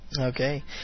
Okay